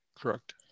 correct